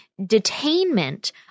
detainment